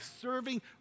Serving